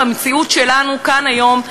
במציאות שלנו כאן היום,